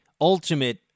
ultimate